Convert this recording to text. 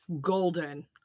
golden